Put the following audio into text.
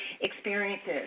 experiences